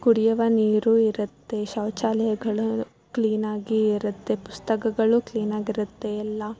ಕುಡಿಯವ ನೀರೂ ಇರುತ್ತೆ ಶೌಚಾಲಯಗಳು ಕ್ಲೀನಾಗಿ ಇರುತ್ತೆ ಪುಸ್ತಕಗಳು ಕ್ಲೀನ್ ಆಗಿರುತ್ತೆ ಎಲ್ಲ